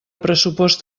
pressupost